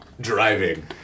driving